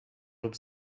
lub